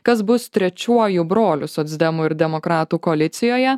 kas bus trečiuoju broliu socdemų ir demokratų koalicijoje